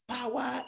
power